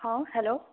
ହଁ ହ୍ୟାଲୋ